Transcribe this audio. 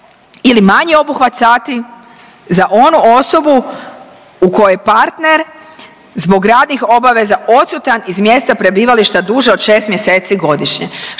ili manji obuhvat sati za onu osobu u kojoj je partner zbog radnih obaveza odsutan iz mjesta prebivališta duže od 6 mjeseci godišnje.